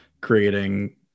creating